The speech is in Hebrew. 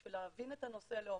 כדי להבין את הנושא לעומקו,